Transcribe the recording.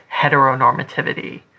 heteronormativity